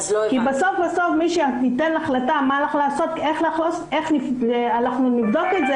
בסוף בסוף מי שייתן החלטה איך אנחנו נבדוק,